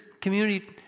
community